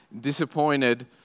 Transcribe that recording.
disappointed